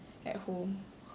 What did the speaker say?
at home